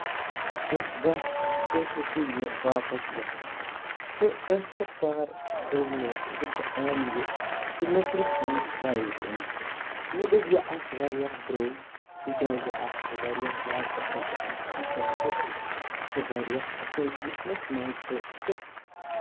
کیٚنٛہہ گژھِ تُہۍ ہٮ۪کِو یہِ واپَس دِتھ تہٕ ٲخر کار دوٚپ مےٚ زِ بہٕ اَنہٕ یہِ تہٕ مےٚ پرُٛژھ تٔمِس پرٛایِس اَمِچ مےٚ دوٚپ یہِ آسہِ واریاہ درٛۅگ تِکیٛازِ اَتھ چھِ واریاہ زیادٕ اَصٕل اَصٕل فیٖچر تہٕ یہِ چھُ واریاہ اَصٕل وُچھنَس منٛز تہٕ